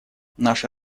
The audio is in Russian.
наши